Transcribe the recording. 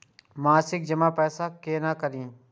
मासिक जमा पैसा केना करी?